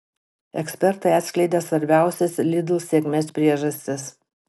ekspertai atskleidė svarbiausias lidl sėkmės priežastis